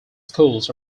schools